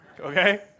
Okay